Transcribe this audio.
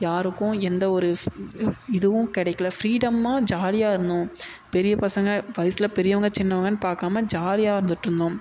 யாருக்கும் எந்த ஒரு ஃப் இதுவும் கிடைக்கல ஃப்ரீடமா ஜாலியாக இருந்தோம் பெரிய பசங்க வயசில் பெரியவங்க சின்னவங்கன்னு பார்க்காம ஜாலியாக இருந்துட்டுருந்தோம்